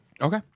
Okay